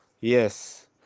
Yes